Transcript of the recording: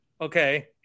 Okay